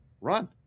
run